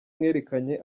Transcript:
mwerekanye